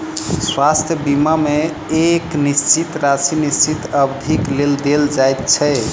स्वास्थ्य बीमा मे एक निश्चित राशि निश्चित अवधिक लेल देल जाइत छै